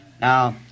Now